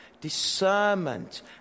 discernment